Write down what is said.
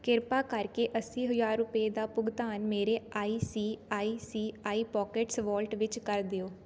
ਕਿਰਪਾ ਕਰਕੇ ਅੱਸੀ ਹਜ਼ਾਰ ਰੁਪਏ ਦਾ ਭੁਗਤਾਨ ਮੇਰੇ I C I C I Pockets wallet ਵਿੱਚ ਕਰ ਦਿਓ